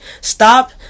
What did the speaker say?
Stop